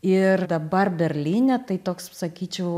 ir dabar berlyne tai toks sakyčiau